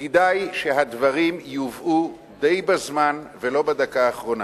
כדאי שהדברים יובאו די בזמן ולא בדקה האחרונה.